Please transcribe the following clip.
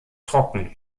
trocken